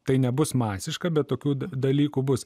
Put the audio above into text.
tai nebus masiška bet tokių dalykų bus